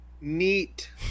Neat